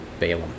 Balaam